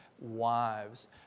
wives